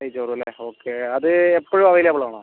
നെയ്ച്ചോറും അല്ലേ ഓക്കെ അത് എപ്പോഴും അവൈലബിൾ ആണോ